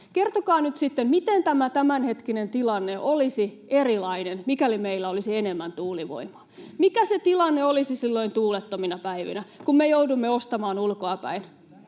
Kertokaa nyt sitten, miten tämä tämänhetkinen tilanne olisi erilainen, mikäli meillä olisi enemmän tuulivoimaa. Mikä se tilanne olisi silloin tuulettomina päivinä, kun me joudumme ostamaan ulkoapäin?